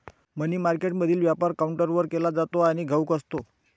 मनी मार्केटमधील व्यापार काउंटरवर केला जातो आणि घाऊक असतो